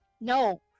No